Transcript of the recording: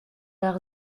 leur